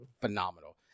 phenomenal